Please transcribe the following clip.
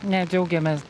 ne džiaugiamės